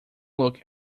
looked